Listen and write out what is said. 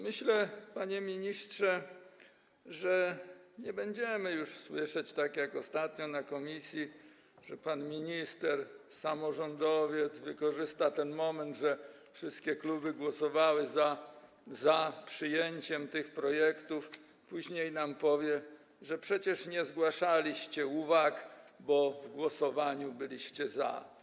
Myślę, panie ministrze, że nie będziemy już słyszeć tak jak ostatnio, na posiedzeniach komisji, że pan minister - samorządowiec nie wykorzysta tego moment, że wszystkie kluby głosowały za przyjęciem tych projektów, później nam nie powie: przecież nie zgłaszaliście uwag, bo w głosowaniu byliście za.